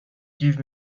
give